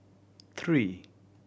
three